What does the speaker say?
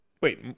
Wait